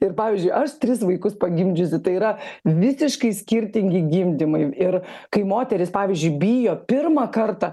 ir pavyzdžiui aš tris vaikus pagimdžiusi tai yra visiškai skirtingi gimdymai ir kai moteris pavyzdžiui bijo pirmą kartą